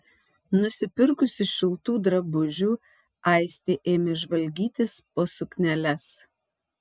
nusipirkusi šiltų drabužių aistė ėmė žvalgytis po sukneles